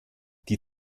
die